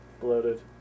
Bloated